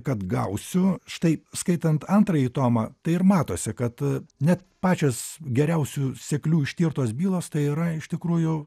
kad gausiu štai skaitant antrąjį tomą tai ir matosi kad net pačios geriausių seklių ištirtos bylos tai yra iš tikrųjų